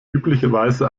üblicherweise